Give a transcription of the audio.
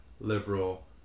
liberal